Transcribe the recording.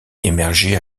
émerger